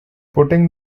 putting